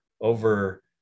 over